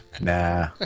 Nah